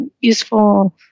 useful